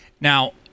Now